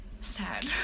sad